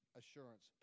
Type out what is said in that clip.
assurance